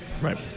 Right